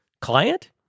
client